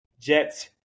Jets